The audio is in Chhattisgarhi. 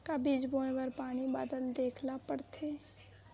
का बीज बोय बर पानी बादल देखेला पड़थे?